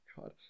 God